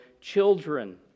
children